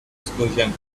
explosion